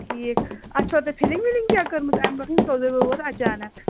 ٹھیٖک اَتھ چھُوا تۅہہِ فِلِنٛگ وِِلِنٛگ کیٚنٛہہ کٔرمٕژ اَمہِ برٛونٛٹھ تُلو وُلو اچانٛک